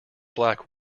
black